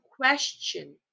question